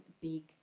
big